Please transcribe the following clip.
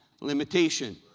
limitation